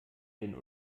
den